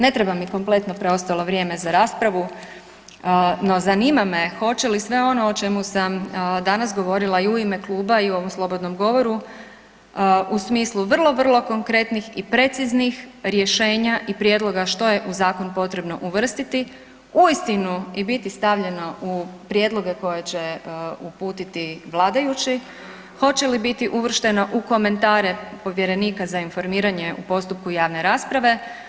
Ne treba mi kompletno preostalo vrijeme za raspravu, no zanima me hoće li sve ono o čemu sam danas govorila i u ime kluba i u ovom slobodnom govoru u smislu vrlo, vrlo konkretnih i preciznih rješenja i prijedloga što je u zakon potrebno uvrstiti uistinu i biti stavljeno u prijedloge koje će uputiti vladajući, hoće li biti uvršteno u komentare povjerenika za informiranje u postupku javne rasprave?